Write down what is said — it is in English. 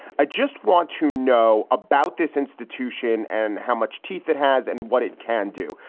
i just want to know about this institution and how much teeth it has and what it can do.